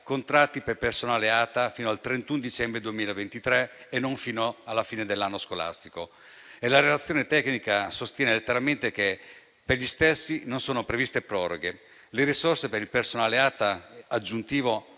contratti per personale ATA fino al 31 dicembre 2023 e non fino alla fine dell'anno scolastico. La relazione tecnica sostiene letteralmente che per gli stessi non sono previste proroghe. Le risorse per il personale ATA aggiuntivo